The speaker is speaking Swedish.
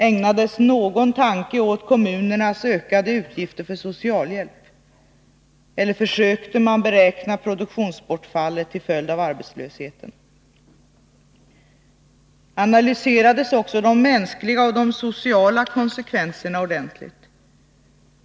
Ägnades någon tanke åt kommunernas ökade utgifter för socialhjälp? Eller försökte man beräkna produktionsbortfallet till följd av arbetslösheten? Analyserades också de mänskliga och de sociala konsekvenserna ordentligt?